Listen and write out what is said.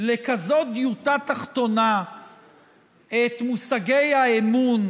לכזאת דיוטה תחתונה את מושגי האמון,